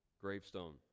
Gravestone